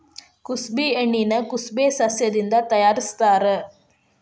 ಕುಸಬಿ ಎಣ್ಣಿನಾ ಕುಸಬೆ ಸಸ್ಯದಿಂದ ತಯಾರಿಸತ್ತಾರ